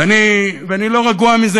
ואני לא רגוע מזה,